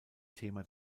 thema